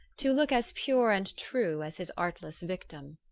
to look as pure and true as his artless victim.